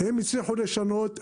הם הצליחו לשנות,